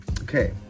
Okay